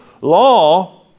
law